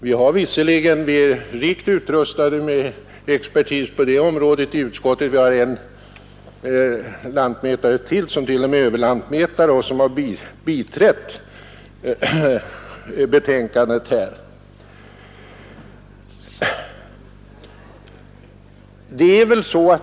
— Vi är visserligen rikt utrustade med expertis på detta område i utskottet. Vi har en lantmätare till, som till och med är överlantmätare och som biträtt betänkandet.